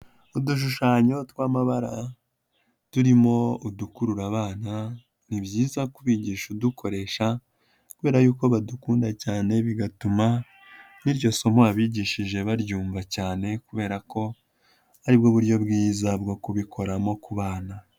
Udushushanyo tw'amabara turimo udukurura abana, ni byiza kubigisha udukoresha kubera yuko badukunda cyane bigatuma n'iryo somo wabigishije baryumva cyane kubera ko ari bwo buryo bwiza bwo kubikoramo ku bana.